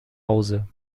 hause